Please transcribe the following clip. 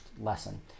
lesson